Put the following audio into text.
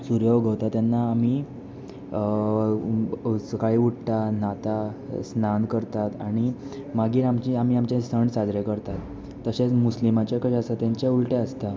सूर्य उगवता तेन्ना आमी सकाळी उठ्ठा न्हाता स्नान करतात आणी मागीर आमी आमचे सण साजरे करतात तशेंच मुस्लिमाचे कशे आसता तांचें उल्टें आसता